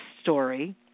story